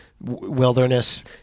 wilderness